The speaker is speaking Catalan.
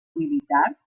militar